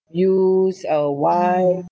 abuse uh wife